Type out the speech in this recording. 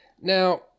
Now